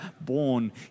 born